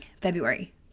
February